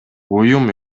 уюм